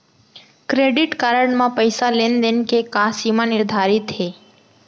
Credit card म पइसा लेन देन के का सीमा निर्धारित हे?